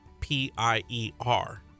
p-i-e-r